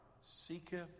seeketh